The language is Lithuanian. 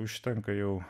užtenka jau